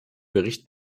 bericht